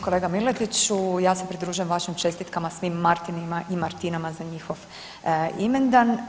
Kolega Miletiću ja se pridružujem vašim čestitkama svim Martinima i Martinama za njihov imendan.